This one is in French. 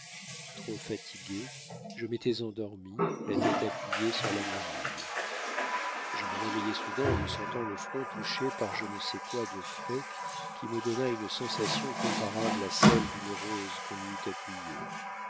trop fatigué je m'étais endormi la tête appuyée sur la muraille je me réveillai soudain en me sentant le front touché par je ne sais quoi de frais qui me donna une sensation comparable à celle d'une rose qu'on y eût appuyée